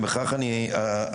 ובכך אני אסיים,